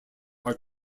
are